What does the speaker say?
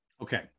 Okay